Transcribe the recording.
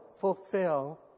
fulfill